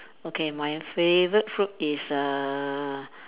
okay my favorite food is uh